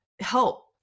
help